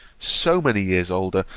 so many years older,